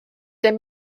der